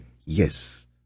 yes